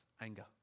anger